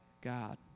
God